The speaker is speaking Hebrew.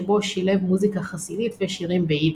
שבו שילב מוזיקה חסידית ושירים ביידיש.